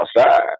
outside